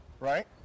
Right